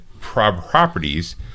properties